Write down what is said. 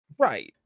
right